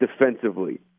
defensively